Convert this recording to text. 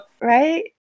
Right